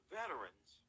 veterans